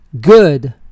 good